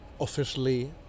officially